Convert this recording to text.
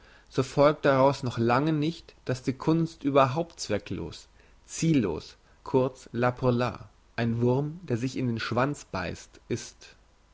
so folgt daraus noch lange nicht dass die kunst überhaupt zwecklos ziellos sinnlos kurz l'art pour l'art ein wurm der sich in den schwanz beisst ist